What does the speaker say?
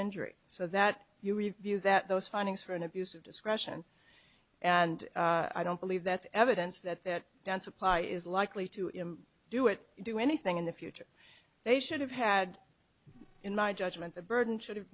injury so that you review that those findings for an abuse of discretion and i don't believe that's evidence that down supply is likely to him do it do anything in the future they should have had in my judgment the burden should have